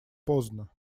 поздно